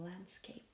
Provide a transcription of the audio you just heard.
landscape